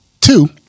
two